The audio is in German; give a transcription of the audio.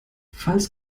falls